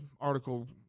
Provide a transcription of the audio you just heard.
article